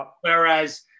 Whereas